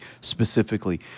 specifically